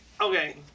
Okay